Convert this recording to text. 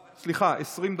סליחה, 20 דקות.